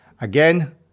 Again